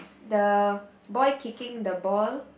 the boy kicking the ball